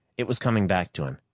it was coming back to him.